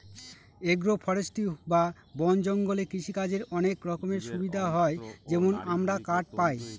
agro forestry বা বন জঙ্গলে কৃষিকাজের অনেক রকমের সুবিধা হয় যেমন আমরা কাঠ পায়